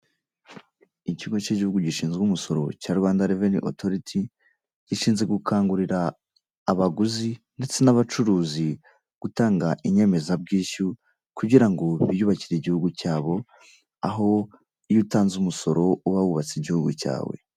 Ikigo cy'igihugu gishinzwe umusoro cya Rwanda reveni otoriti, gishinzwe gukangurira abaguzi ndetse n'abacuruzi gutanga inyemezabwishyu, kugira ngo biyubakire igihugu cyabo. Aho iyo utanze umusoro uba wubatse igihugu cyawe.